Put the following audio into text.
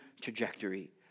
trajectory